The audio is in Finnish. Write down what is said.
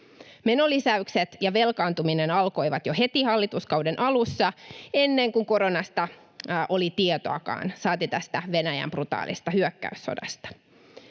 Menolisäykset ja velkaantuminen alkoivat jo heti hallituskauden alussa, ennen kuin koronasta oli tietoakaan, saati tästä Venäjän brutaalista hyökkäyssodasta,